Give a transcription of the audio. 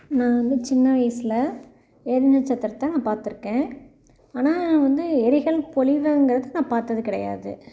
நான் வந்து சின்ன வயசில் எரிநட்சத்திரத்தை நான் பார்த்துருக்கேன் ஆனால் வந்து எரிகல் பொழிவுங்கிறது நான் பார்த்தது கிடையாது